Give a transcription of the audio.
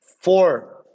four